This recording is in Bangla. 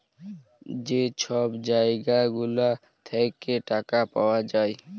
যে ছব জায়গা গুলা থ্যাইকে টাকা পাউয়া যায়